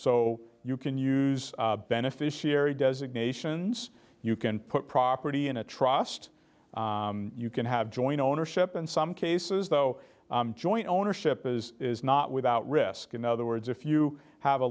so you can use beneficiary designations you can put property in a trust you can have joint ownership in some cases though joint ownership is not without risk in other words if you have a